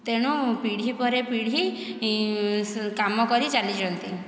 ତେଣୁ ପିଢ଼ି ପରେ ପିଢ଼ି କାମ କରି ଚାଲିଛନ୍ତି